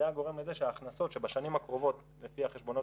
זה היה גורם לזה שההכנסות שבשנים הקרובות לפי החשבונות